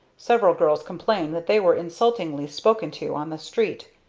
several girls complained that they were insultingly spoken to on the street.